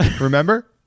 Remember